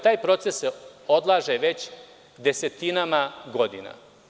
Taj proces se odlaže već desetinama godina.